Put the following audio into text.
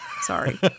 sorry